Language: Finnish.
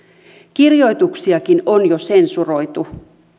kirjoituksiakin on jo sensuroitu